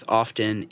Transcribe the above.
often